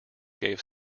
gave